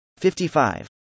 55